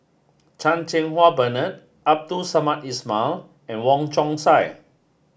Chang Cheng Wah Bernard Abdul Samad Ismail and Wong Chong Sai